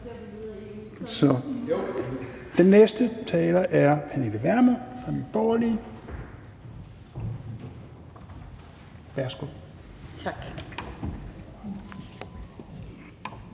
Den næste taler er fru Pernille Vermund fra Nye Borgerlige.